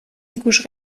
ikus